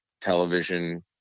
Television